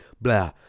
blah